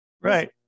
Right